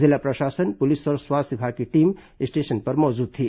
जिला प्रशासन पुलिस और स्वास्थ्य विभाग की टीम स्टेशन पर मौजूद थी